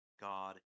God